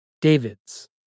David's